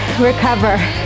Recover